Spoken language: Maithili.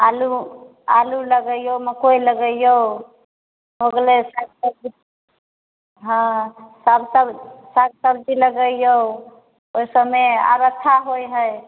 आलू आलू लगैयौ मकई लगैयौ हो गलै सब्जी हाँ साग सब साग सब्जी लगैयौ ओइ सभमे आब अच्छा होइ हय